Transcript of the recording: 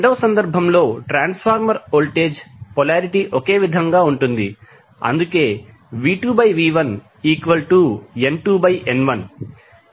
రెండవ సందర్భంలో transformer voltage polarity ఒకే విధంగా ఉంటుంది అందుకే V2V1N2N1